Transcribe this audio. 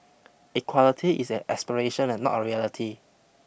equality is an aspiration not a reality